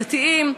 דתיים,